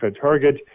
target